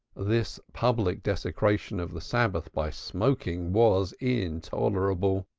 this public desecration of the sabbath by smoking was intolerable.